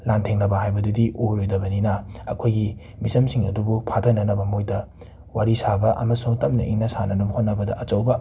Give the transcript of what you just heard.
ꯂꯥꯟꯊꯦꯡꯅꯕ ꯍꯥꯏꯕꯗꯨꯗꯤ ꯑꯣꯏꯔꯣꯏꯗꯧꯕꯅꯤꯅ ꯑꯩꯈꯣꯏꯒꯤ ꯃꯤꯆꯝꯁꯤꯡ ꯑꯗꯨꯕꯨ ꯐꯥꯊꯅꯕ ꯃꯣꯏꯗ ꯋꯥꯔꯤ ꯁꯥꯕ ꯑꯃꯁꯨꯡ ꯇꯞꯅ ꯏꯡꯅ ꯁꯥꯅꯅꯕ ꯍꯣꯠꯅꯕꯗ ꯑꯆꯧꯕ